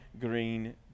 green